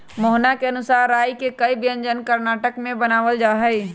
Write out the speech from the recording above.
मोहना के अनुसार राई के कई व्यंजन कर्नाटक में बनावल जाहई